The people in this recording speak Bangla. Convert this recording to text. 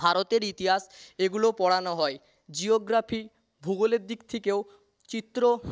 ভারতের ইতিহাস এগুলো পড়ানো হয় জিওগ্রাফি ভূগোলের দিক থেকেও চিত্র